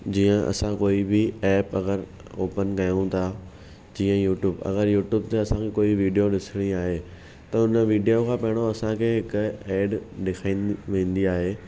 जीअं असां कोई बि एप अगरि ओपन कयूं था जीअं यूट्यूब अगरि यूट्यूब ते असांखे कोई वीडियो ॾिसणी आहे त हुन वीडियो खां पहिरों असांखे हिकु एड ॾेखारीनि वेंदी आहे